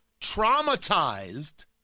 traumatized